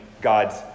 God's